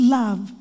love